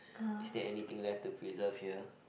is there anything left to preserve here